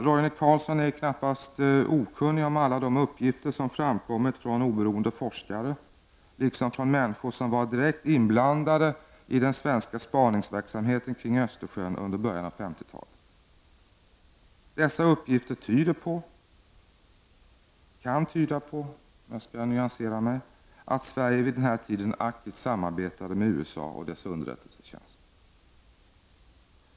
Roine Carlsson är knappast okunnig om alla de uppgifter som framkommit från oberoende forskare, liksom från människor som var direkt inblandade i den svenska spaningsverksamheten kring Östersjön under början av 1950-talet. Dessa uppgifter kan tyda på, om jag uttrycker mig nyanserat, att Sverige vid den här tiden aktivt samarbetade med USA och dess underrättelsetjänst.